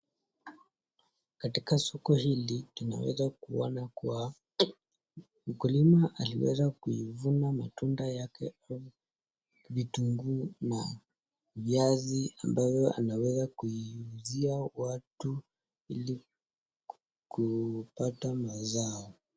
Katika soko hili, tunaweza kuona kuwa mkulima aliweza kuivuna matunda yake, vitunguu na viazi ambayo anaweza kuiuzia watu ili kupata mazao.